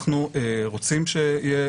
אנחנו רוצים שיהיה